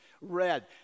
red